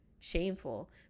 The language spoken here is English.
shameful